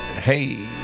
Hey